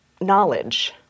knowledge